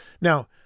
Now